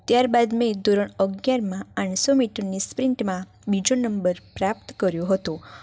ત્યારબાદ મેં ધોરણ અગિયારમાં આઠસો મીટરની સ્પ્રિન્ટમાં બીજો નંબર પ્રાપ્ત કર્યો હતો